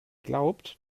glaubt